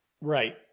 Right